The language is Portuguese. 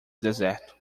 deserto